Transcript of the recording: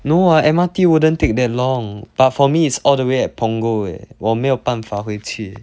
no what M_R_T wouldn't take that long but for me it's all the way at punggol eh 我没有办法回去